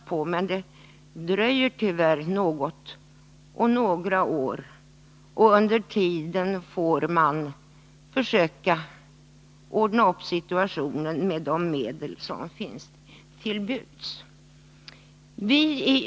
Tyvärr dröjer det ännu några år, och under tiden får man försöka klara situationen med de medel som står till buds.